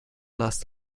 last